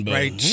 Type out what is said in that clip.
right